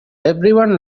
everyone